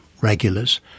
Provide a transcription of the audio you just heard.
regulars